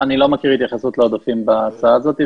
אני לא מכיר התייחסות לעודפים בהצעה הזאת,